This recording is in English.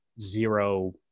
zero